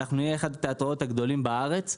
אנחנו נהיה אחד התיאטראות הגדולים בארץ.